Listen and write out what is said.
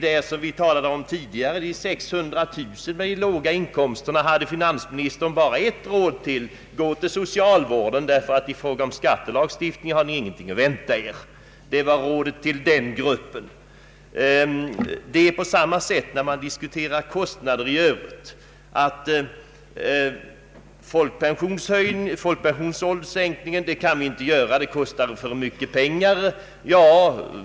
De 600 000 med låga inkomster som jag talade om tidigare hade finansministern bara ett råd till: Gå till socialvården — av skattelagstiftningen har ni ingenting att vänta er! Det var rådet till den gruppen. Det är på samma sätt när man diskuterar kostnader i övrigt. Man säger att en sänkning av folkpensionsåldern går inte, det kostar för mycket pengar.